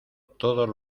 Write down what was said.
todos